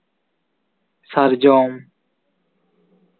ᱥᱟᱨᱡᱚᱢ